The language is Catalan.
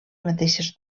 mateixes